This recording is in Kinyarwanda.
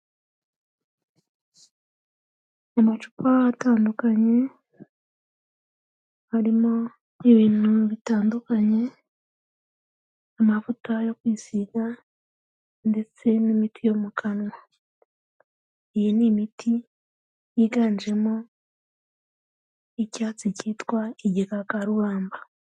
Amacupa atandukanye arimo n'ibintu bitandukanye, amavuta yo kwisiga ndetse n'imiti yo mu kanwa, iyi ni imiti yiganjemo icyatsi cyitwa igikakarubamba.